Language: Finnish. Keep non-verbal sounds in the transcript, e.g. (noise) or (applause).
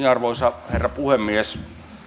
(unintelligible) arvoisa herra puhemies